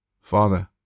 Father